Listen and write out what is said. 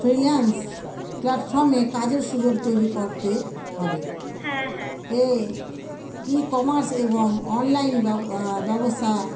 freelance প্ল্যাটফর্মে কাজের সুযোগ তৈরি করতে হবে এ ই কমার্স এবং অনলাইন ব্য ব্যবস্থা